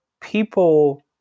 people